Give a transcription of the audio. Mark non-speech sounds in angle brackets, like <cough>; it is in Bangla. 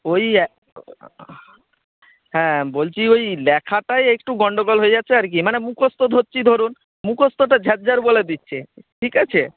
ওই <unintelligible> হ্যাঁ বলছি ওই লেখাটায় একটু গণ্ডগোল হয়ে যাচ্ছে আর কি মানে মুখস্থ ধরছি ধরুন মুখস্থটা ঝরঝর বলে দিচ্ছে ঠিক আছে